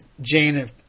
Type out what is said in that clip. Jane